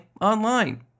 online